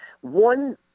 One